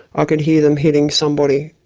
ah could hear them hitting somebody.